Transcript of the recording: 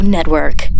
Network